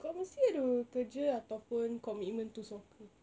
kau mesti ada kerja atau commitment to soccer